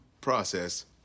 process